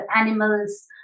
animals